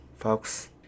Folks